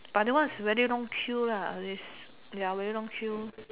but that one is very long queue lah is ya very long queue